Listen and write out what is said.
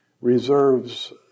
reserves